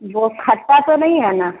वो खट्टा तो नही है न